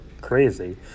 crazy